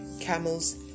camels